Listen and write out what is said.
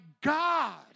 God